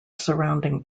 surrounding